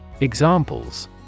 Examples